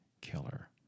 killer